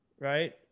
Right